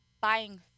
buying